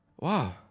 Wow